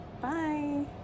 bye